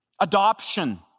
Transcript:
adoption